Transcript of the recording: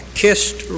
kissed